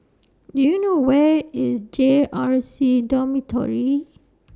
Do YOU know Where IS J R C Dormitory